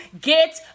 get